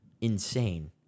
insane